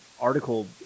Article